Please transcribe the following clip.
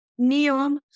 NEOM